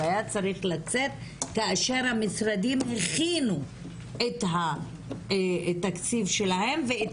הוא היה צריך לצאת כאשר המשרדים הכינו את התקציב שלהם ואת